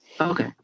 Okay